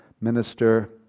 minister